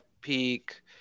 Peak